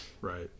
right